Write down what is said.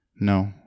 No